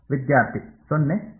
ವಿದ್ಯಾರ್ಥಿ 0 0